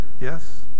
Yes